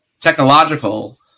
technological